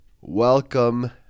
welcome